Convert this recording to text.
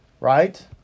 right